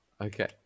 okay